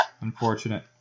unfortunate